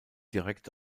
direkt